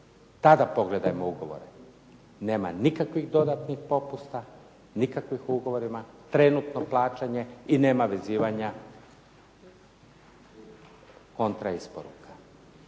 Tada pogledajmo ugovore. Nema nikakvih dodatnih popusta, nikakvih u ugovorima, trenutno plaćanje i nema vezivanja kontra isporuka.